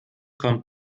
kommt